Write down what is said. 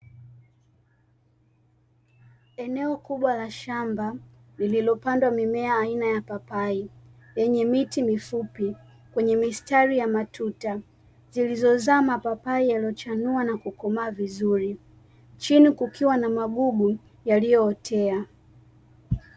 Eneo kubwa la shamba lililopandwa mimea aina ya papai, yenye miti mifupi kwenye mistari ya matuta, zilizozaa mapapai yaliyochanua na kukomaa vizuri, chini kukiwa na magugu yaliyootea.